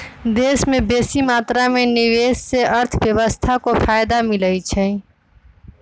देश में बेशी मात्रा में निवेश से अर्थव्यवस्था को फयदा मिलइ छइ